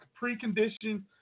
precondition